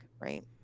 right